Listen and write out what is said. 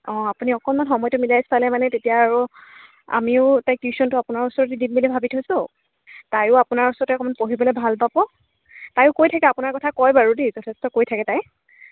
অঁ আপুনি অকণমান সময়টো মিলাই চালে মানে তেতিয়া আৰু আমিও তাইক টিউশ্যনটো আপোনাৰ ওচৰতে দিম বুলি ভাবি থৈছোঁ তায়ো আপোনাৰ ওচৰতে অকণমান পঢ়িবলৈ ভাল পাব তায়ো কৈ থাকে আপোনাৰ কথা কয় বাৰু যথেষ্ট কৈ থাকে তাই